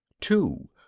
two